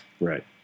Right